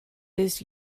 this